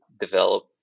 develop